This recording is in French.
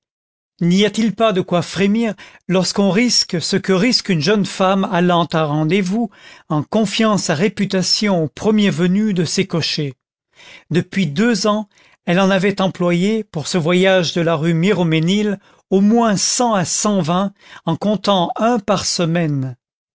n'y a-t-il pas de quoi frémir lorsqu'on risque ce que risque une jeune femme allant à un rendez-vous en confiant sa réputation au premier venu de ces cochers depuis deux ans elle en avait employé pour ce voyage de la rue miromesnil au moins cent à cent vingt en comptant un par semaine